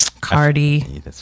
Cardi